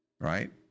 right